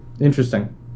Interesting